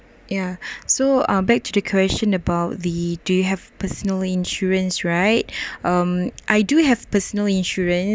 ya so uh back to the question about the do you have personal insurance right um I do have personal insurance